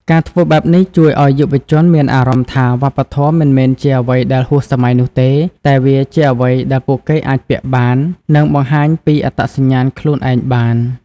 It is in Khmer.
ការធ្វើបែបនេះជួយឲ្យយុវជនមានអារម្មណ៍ថាវប្បធម៌មិនមែនជាអ្វីដែលហួសសម័យនោះទេ តែវាជាអ្វីដែលពួកគេអាចពាក់បាន និងបង្ហាញពីអត្តសញ្ញាណខ្លួនឯងបាន។